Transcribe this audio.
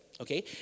okay